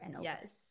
Yes